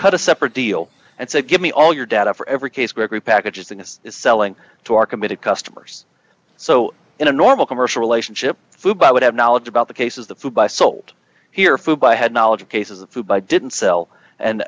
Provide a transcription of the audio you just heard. cut a separate deal and said give me all your data for every case gregory packages that this is selling to are committed customers so in a normal commercial relationship food i would have knowledge about the cases the food by sold here food buy had knowledge of cases of food by didn't sell